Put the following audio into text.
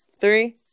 Three